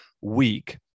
week